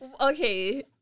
Okay